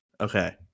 Okay